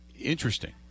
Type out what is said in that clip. interesting